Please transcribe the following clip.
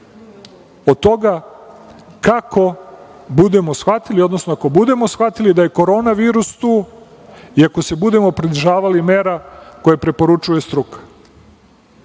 od toga kako budemo shvatili, odnosno ako budemo shvatili da je Korona virus tu i ako se budemo pridržavali mera koje preporučuje struka.